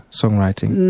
songwriting